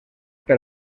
per